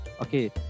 okay